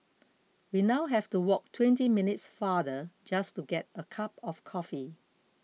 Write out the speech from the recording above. we now have to walk twenty minutes farther just to get a cup of coffee